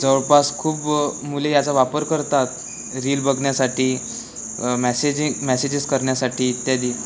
जवळपास खूप मुले याचा वापर करतात रील बघण्यासाठी मॅसेजिंग मेसेजेस करण्यासाठी इत्यादी